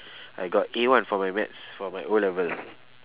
I got A one for my maths for my O-level